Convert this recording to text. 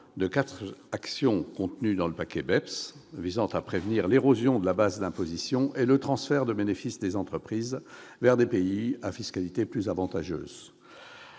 de quatre actions contenues dans le « paquet BEPS » visant à prévenir l'érosion de la base d'imposition et le transfert de bénéfices des entreprises vers des pays à fiscalité plus avantageuse.